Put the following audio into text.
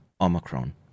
Omicron